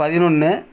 பதினொன்று